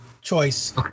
choice